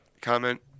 comment